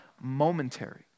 momentary